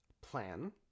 plan